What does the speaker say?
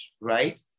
right